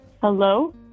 Hello